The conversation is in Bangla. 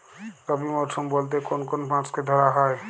রবি মরশুম বলতে কোন কোন মাসকে ধরা হয়?